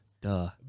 Duh